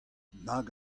nag